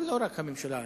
אבל לא רק הממשלה הזאת.